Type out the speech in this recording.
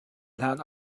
hlan